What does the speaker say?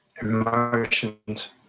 emotions